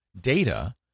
data